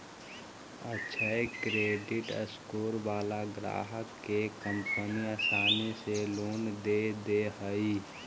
अक्षय credit score वाला ग्राहक के कंपनी आसानी से लोन दे दे हइ